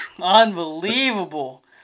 unbelievable